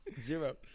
Zero